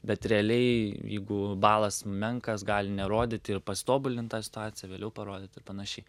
bet realiai jeigu balas menkas gali nerodyti ir pasitobulint tą situaciją vėliau parodyt ir panašiai